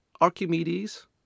Archimedes